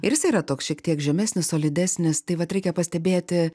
ir jisai yra toks šiek tiek žemesnis solidesnis tai vat reikia pastebėti